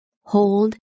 hold